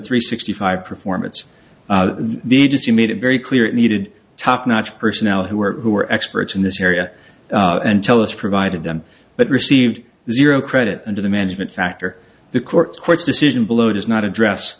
three sixty five performance the agency made it very clear needed top notch personnel who are who are experts in this area and tell us provided them but received zero credit and to the management factor the courts court's decision below does not address